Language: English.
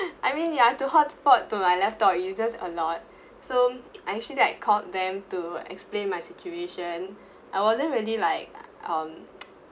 I mean ya to hotspot to my laptop uses a lot so I actually I called them to explain my situation I wasn't really like um